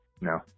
no